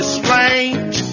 strange